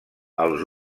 els